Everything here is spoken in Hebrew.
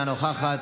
אינה נוכחת,